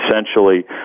essentially